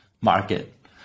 market